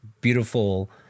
beautiful